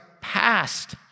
past